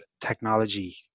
technology